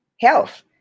health